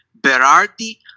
Berardi